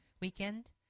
weekend